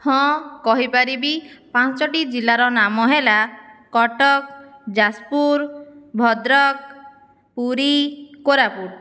ହଁ କହିପାରିବି ପାଞ୍ଚଟି ଜିଲ୍ଲାର ନାମ ହେଲା କଟକ ଯାଜପୁର ଭଦ୍ରକ ପୁରୀ କୋରାପୁଟ